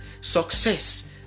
success